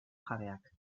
jabeak